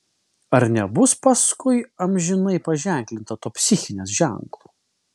ar nebus paskui amžinai paženklinta tuo psichinės ženklu